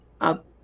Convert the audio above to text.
up